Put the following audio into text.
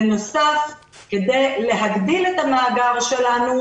בנוסף, כדי להגדיל את המאגר שלנו,